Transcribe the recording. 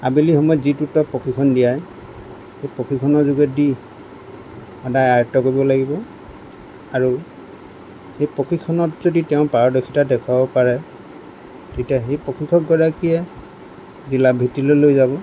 আবেলি সময়ত যিটো প্ৰশিক্ষণ দিয়াই সেই প্ৰশিক্ষণৰ যোগেদি সদায় আয়ত্ব কৰিব লাগিব আৰু সেই প্ৰশিক্ষণত যদি তেওঁ পাৰদৰ্শীতা দেখুৱাব পাৰে তেতিয়া সেই প্ৰশিক্ষক গৰাকীয়ে জিলা ভিত্তিলৈ লৈ যাব